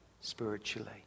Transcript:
Spiritually